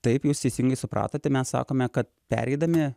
taip jūs teisingai supratote mes sakome kad pereidami